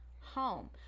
home